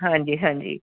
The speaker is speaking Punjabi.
ਹਾਂਜੀ ਹਾਂਜੀ